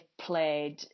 played